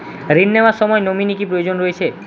ঋণ নেওয়ার সময় নমিনি কি প্রয়োজন রয়েছে?